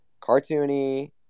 cartoony